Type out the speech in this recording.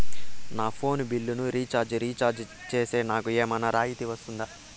నా ఫోను బిల్లును recharge recharge సేస్తే, నాకు ఏమన్నా రాయితీ వస్తుందా?